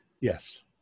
Yes